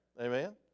Amen